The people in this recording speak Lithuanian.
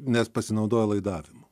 nes pasinaudoja laidavimu